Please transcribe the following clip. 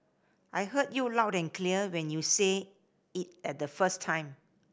I heard you loud and clear when you said it at the first time